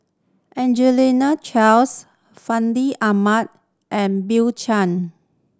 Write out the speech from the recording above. Angelina Charles Fandi Ahmad and Bill Chen